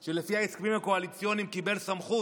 שלפי ההסכמים הקואליציוניים קיבל סמכות